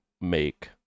make